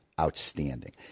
outstanding